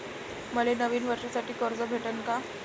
मले नवीन वर्षासाठी कर्ज भेटन का?